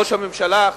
ראש הממשלה,